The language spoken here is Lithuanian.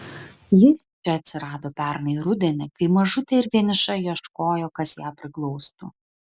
ji čia atsirado pernai rudenį kai mažutė ir vieniša ieškojo kas ją priglaustų